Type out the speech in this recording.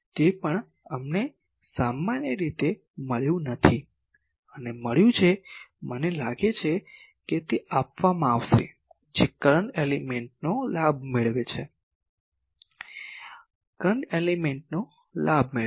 તે પણ અમને સામાન્ય રીતે મળ્યું નથી અને મળ્યું છે અને મને લાગે છે કે તે આપવામાં આવશે જે કરંટ એલિમેન્ટનો લાભ મેળવે છે કરંટ એલિમેન્ટનો લાભ મેળવે છે